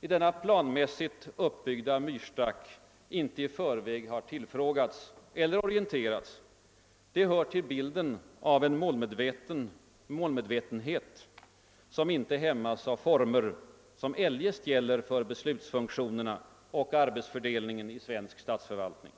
i denna planmässigt uppbyggda myrstack inte i förväg har tillfrågats eller orienterats hör till bilden av en målmedvetenhet, som inte hämmas av sådana former som eljest gäller för beslutsfunktionerna och arbetsfördelningen i svensk statsförvaltning.